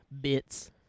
bits